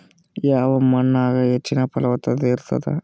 ಯಾವ ಮಣ್ಣಾಗ ಹೆಚ್ಚಿನ ಫಲವತ್ತತ ಇರತ್ತಾದ?